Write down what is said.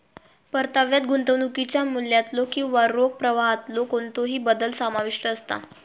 परताव्यात गुंतवणुकीच्या मूल्यातलो किंवा रोख प्रवाहातलो कोणतोही बदल समाविष्ट असता